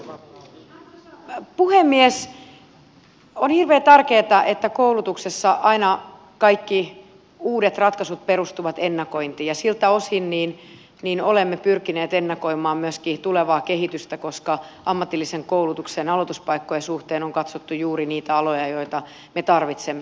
on hirveän tärkeätä että koulutuksessa aina kaikki uudet ratkaisut perustuvat ennakointiin ja siltä osin olemme pyrkineet ennakoimaan myöskin tulevaa kehitystä koska ammatillisen koulutuksen aloituspaikkojen suhteen on katsottu juuri niitä aloja joita me tarvitsemme